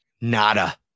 Nada